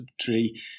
tree